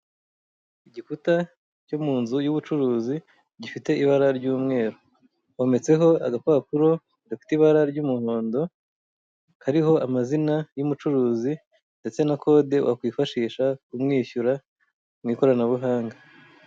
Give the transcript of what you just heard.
Igikuta cyo mu nzu y'ubucuruzi gifite ibara ry'umweru, hometseho agapapuro gafite ibara ry'umuhondo kariho amazina y'umucuruzi ndetse na kode wakwifashisha umwishyura mu ikoranabuhanga.